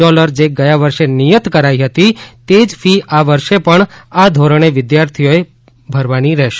dollar જે ગયા વર્ષે નિયત કરાઇ હતી તે જ ફી આ વર્ષે પણ આ ધોરણે વિદ્યાર્થીઓએ ફી ભરવાની રહેશે